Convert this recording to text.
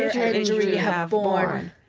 injury have borne!